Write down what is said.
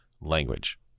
language